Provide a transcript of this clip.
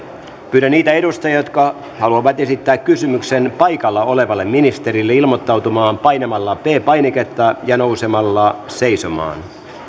pyydän niitä edustajia jotka haluavat esittää kysymyksen paikalla olevalle ministerille ilmoittautumaan painamalla p painiketta ja nousemalla seisomaan